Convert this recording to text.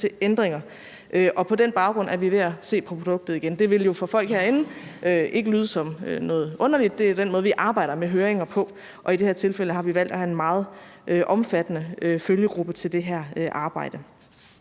til ændringer. Og på den baggrund er vi ved at se på produktet igen. Det vil jo for folk herinde ikke lyde som noget underligt; det er den måde, vi arbejder med høringer på. Og i det her tilfælde har vi valgt at have en meget omfattende følgegruppe til det her arbejde.